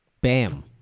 Bam